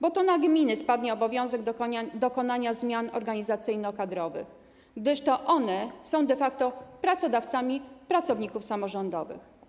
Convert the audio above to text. Bo to na gminy spadnie obowiązek dokonania zmian organizacyjno-kadrowych, gdyż to one są de facto pracodawcami pracowników samorządowych.